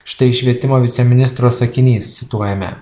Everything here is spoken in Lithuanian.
štai švietimo viceministro sakinys cituojame